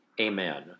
Amen